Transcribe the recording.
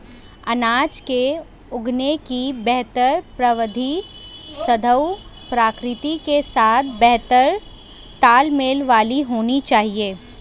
अनाज को उगाने की बेहतर प्रविधि सदैव प्रकृति के साथ बेहतर तालमेल वाली होनी चाहिए